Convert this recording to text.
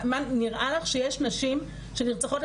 נראה לך שיש נשים שנרצחות,